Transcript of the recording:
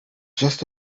just